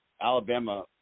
Alabama